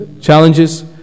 challenges